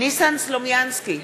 ניסן סלומינסקי,